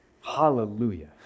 Hallelujah